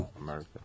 America